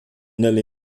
nelly